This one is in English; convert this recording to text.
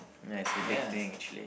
yeah it's a big thing actually